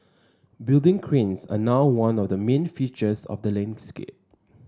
building cranes are now one of the main features of the landscape